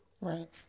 Right